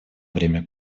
время